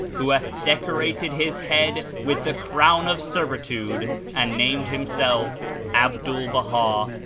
who hath decorated his head with the crown of servitude and named himself abdul-baha,